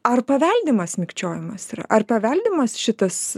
ar paveldimas mikčiojimas yra ar paveldimas šitas